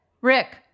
Rick